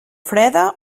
freda